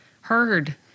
heard